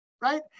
right